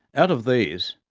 out of these,